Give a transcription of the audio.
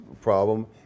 problem